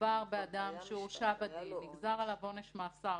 מדובר באדם שהורשע בדין, נגזר עליו עונש מאסר.